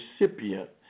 recipient